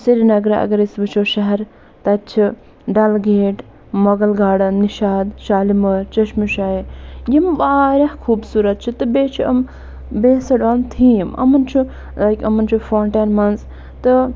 سریٖنَگرٕ اگر أسۍ وُچھو شہرٕ تتہ چھِ ڈلگیٹ مۅغل گارڈن نِشاط شالیمٲرۍ چشمہٕ شاہی یم واریاہ خوبصوٗرت چھِ تہٕ بیٚیہِ چھِ یِم بیسٕڈ آن تھیٖم یِمن چھُ لایک یِمن چھُ فاونٹین مَنٛز تہٕ